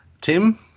Tim